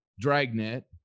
Dragnet